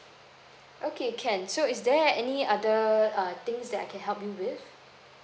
okay can so is there any other uh things that I can help you with